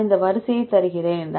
நான் இந்த வரிசையை தருகிறேன்